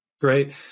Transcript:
Great